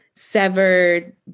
Severed